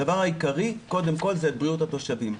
הדבר העיקרי קודם כל זה בריאות התושבים.